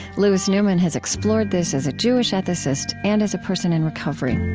louis newman has explored this as a jewish ethicist and as a person in recovery